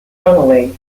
runway